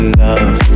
love